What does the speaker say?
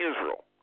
Israel